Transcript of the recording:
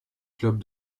club